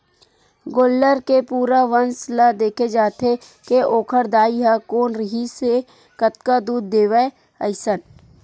गोल्लर के पूरा वंस ल देखे जाथे के ओखर दाई ह कोन रिहिसए कतका दूद देवय अइसन